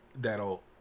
that'll